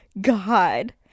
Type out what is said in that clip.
God